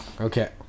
okay